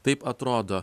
taip atrodo